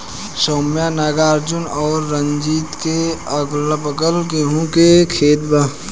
सौम्या नागार्जुन और रंजीत के अगलाबगल गेंहू के खेत बा